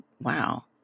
wow